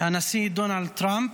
הנשיא דונלד טראמפ.